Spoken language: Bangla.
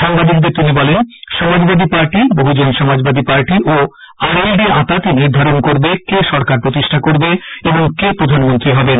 সাংবাদিকদের তিনি বলেন সমাজবাদী পার্টি বহুজন সমাজবাদী পার্টি ও আরএলডি আঁতাতই নির্ধারণ করবে কে সরকার প্রতিষ্ঠা করবে এবং কে প্রধানমন্ত্রী হবেন